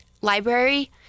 library